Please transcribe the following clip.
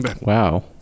Wow